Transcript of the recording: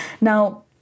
Now